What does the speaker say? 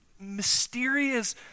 mysterious